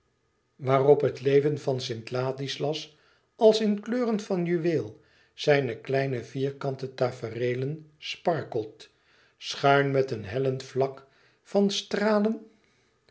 waarop het leven van st ladislas als in kleuren van juweel zijne kleine vierkante tafereelen sparkelt schuin met een hellend vlak van stralen